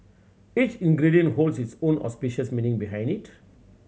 each ingredient holds its own auspicious meaning behind it